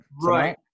Right